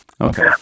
Okay